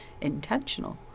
intentional